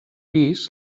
pis